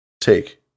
take